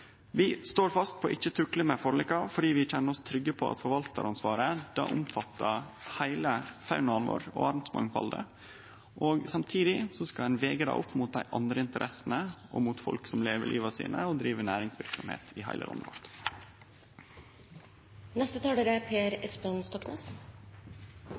å tukle med forlika, for vi kjenner oss trygge på at forvaltaransvaret omfattar heile faunaen vår og artsmangfaldet. Samtidig skal ein vege det opp mot dei andre interessene og folk som lever livet sitt og driv næringsverksemd i heile